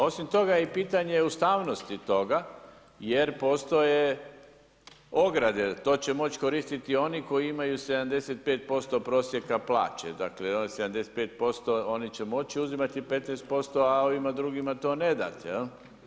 Osim toga i pitanje je ustavnosti toga, jer postoje ograde, to će moći koristiti oni koji imaju 75% prosjeka plaće, dakle oni sa 75% oni će moći uzimati 15% a ovima drugima to ne date.